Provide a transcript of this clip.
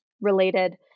related